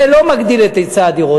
זה לא מגדיל את היצע הדירות.